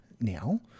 now